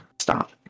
stop